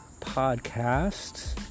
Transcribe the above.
podcast